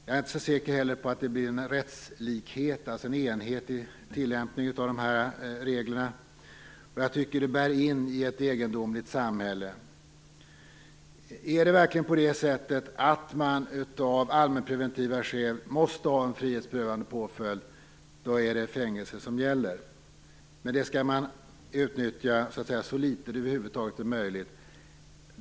Jag är inte så säker på att det blir rättslikhet, alltså en enhetlig tillämpning av reglerna. Jag tycker att det här bär in i ett egendomligt samhälle. Är det verkligen på det sättet att man av allmänpreventiva skäl måste ha en frihetsberövande påföljd, är det fängelse som gäller. Men det skall utnyttjas så litet som det över huvud taget är möjligt.